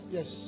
Yes